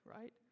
right